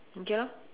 okay lah